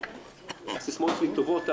הסיסמאות שלי טובות.